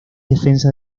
defensa